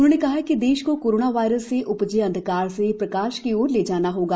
उन्होंने कहा कि देश को कोरोना वायरस से उपजे अंधकार से प्रकाश की ओर ले जाना होगा